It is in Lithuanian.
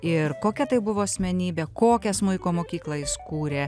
ir kokia tai buvo asmenybė kokią smuiko mokyklą jis kūrė